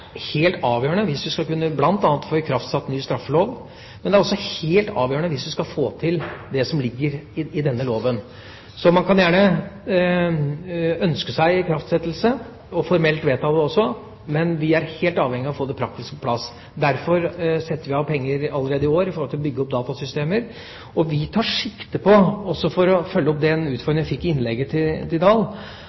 helt avgjørende bl.a. hvis vi skal få ikraftsatt ny straffelov, men det er også helt avgjørende hvis vi skal få til det som ligger i denne loven. Man kan gjerne ønske seg ikraftsettelse og formelt vedta det også, men vi er helt avhengige av å få det praktiske på plass. Derfor setter vi av penger allerede i år for å bygge opp datasystemer. Vi tar sikte på – også for å følge opp den utfordringa jeg fikk i innlegget til